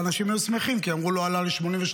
ואנשים היו שמחים כי אמרו: לא עלה ל-83%,